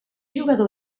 jugador